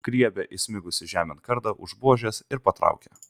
griebia įsmigusį žemėn kardą už buožės ir patraukia